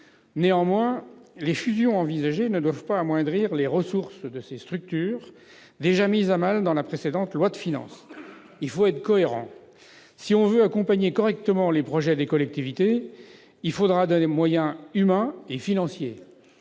Néanmoins, les fusions envisagées ne doivent pas amoindrir les ressources de ces structures déjà mises à mal dans la précédente loi de finances. Il faut être cohérent. Si l'on veut accompagner correctement les projets des collectivités, il faudra des moyens humains et financiers.